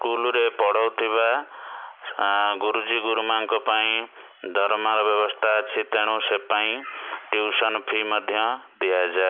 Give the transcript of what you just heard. school ରେ ପଢ଼ଉଥିବା ଗୁରୁଜୀ ଗୁରୁମା'ଙ୍କ ପାଇଁ ଦରମାର ବ୍ୟବସ୍ତା ଅଛି ତେଣୁ ସେ ପାଇଁ ଟିଉସନ୍ ଫି ମଧ୍ୟ ଦିଅଯାଏ